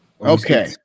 Okay